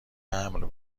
امن